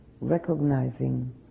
recognizing